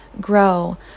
grow